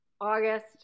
August